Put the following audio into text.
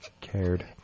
Cared